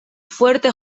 fuerte